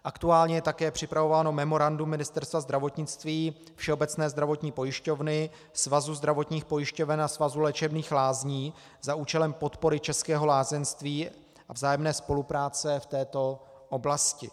Aktuálně je také připravováno memorandum Ministerstva zdravotnictví, Všeobecné zdravotní pojišťovny, Svazu zdravotních pojišťoven a Svazu léčebných lázní za účelem podpory českého lázeňství a vzájemné spolupráce v této oblasti.